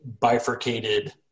bifurcated